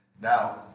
Now